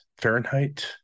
Fahrenheit